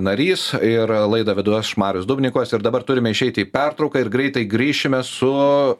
narys ir laidą vedu aš marius dubnikovas ir dabar turime išeiti į pertrauką ir greitai grįšime su